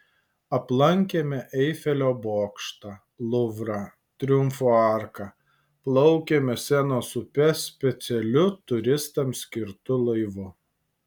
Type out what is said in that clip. aplankėme eifelio bokštą luvrą triumfo arką plaukėme senos upe specialiu turistams skirtu laivu